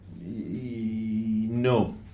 no